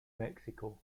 mexico